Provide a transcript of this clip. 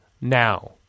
now